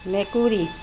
মেকুৰী